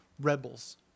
rebels